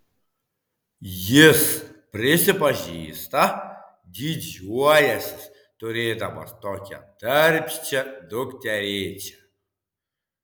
jis prisipažįsta didžiuojąsis turėdamas tokią darbščią dukterėčią